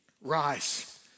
rise